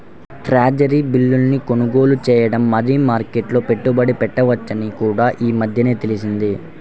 treasury బిల్లును కొనుగోలు చేయడం మనీ మార్కెట్లో పెట్టుబడి పెట్టవచ్చని కూడా ఈ మధ్యనే తెలిసింది